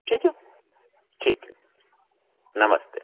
ठीक है ठीक है नमस्ते